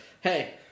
hey